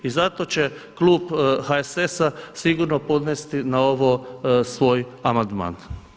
I zato će Klub HSS-a sigurno podnesti na ovo svoj amandman.